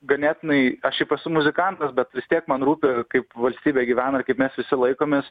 ganėtinai aš šiaip esu muzikantas bet vis tiek man rūpi kaip valstybė gyvena ir kaip mes visi laikomės